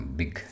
big